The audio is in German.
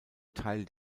teil